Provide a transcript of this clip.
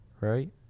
right